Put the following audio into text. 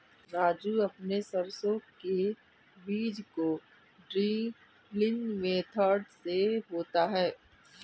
राजू अपने सरसों के बीज को ड्रिलिंग मेथड से बोता है